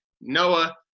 Noah